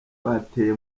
bateye